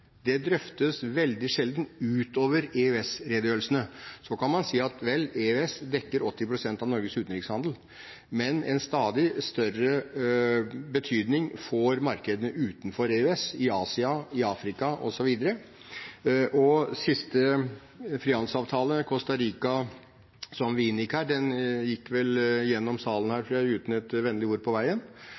Det drøftes veldig sjeldent utover EØS-redegjørelsene. Så kan man si at EØS dekker 80 pst. av Norges utenrikshandel. Men en stadig større betydning får markedene utenfor EØS – i Asia, i Afrika osv. Siste frihandelsavtale med Costa Rica som vi inngikk her, gikk vel igjennom her i salen uten et vennlig ord på veien.